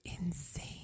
insane